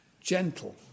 gentle